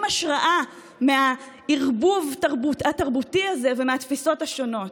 השראה מהערבוב התרבותי הזה ומהתפיסות השונות.